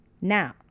now